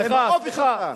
עם האופי שלך,